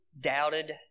doubted